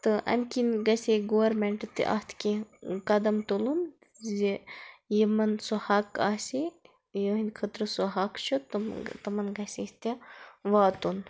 تہٕ اَمہِ کِنۍ گَژھِ ہے گورمٮ۪نٛٹہٕ تہِ اَتھ کیٚنٛہہ قدم تُلُن زِ یِمَن سُہ حق آسہِ ہے یِہٕنٛدِ خٲطرٕ سُہ حَق چھُ تِم تِمَن گَژھِ یہِ تہِ واتُن